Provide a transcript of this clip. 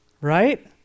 right